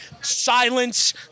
silence